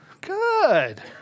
Good